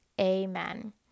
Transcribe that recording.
Amen